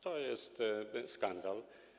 To jest skandal.